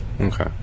Okay